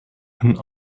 een